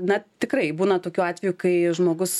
na tikrai būna tokių atvejų kai žmogus